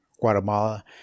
Guatemala